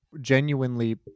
genuinely